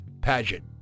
pageant